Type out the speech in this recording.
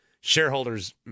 shareholders